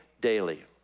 daily